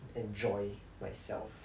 enjoy myself